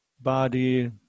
body